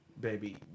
baby